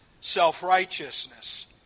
self-righteousness